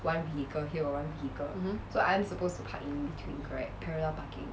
mmhmm